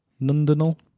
Nundinal